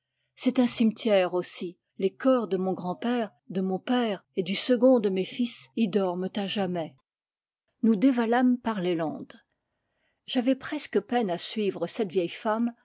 c'est un cimetière aussi les corps de mon grandpère de mon père et du second de mes fils y dorment à jamais nous dévalâmes par les landes j'avais presque peine à suivre cette vieille femme